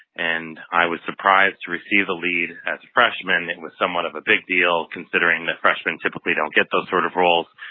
and i was surprised to receive the lead as a freshman. it was somewhat of a big deal considering that freshman typically don't get those sort of roles.